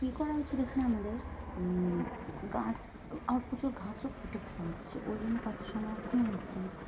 কী করা উচিত এখানে আমাদের গাছ আবার প্রচুর গাছও কেটে ফেলা হচ্ছে ওই জন্য পাখির সংরক্ষণও হচ্ছে না